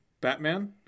Batman